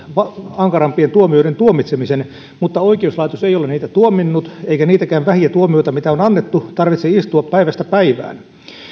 ankarampien tuomioiden tuomitsemisen mutta oikeuslaitos ei ole niitä tuominnut eikä niitäkään vähiä tuomioita mitä on annettu tarvitse istua päivästä päivään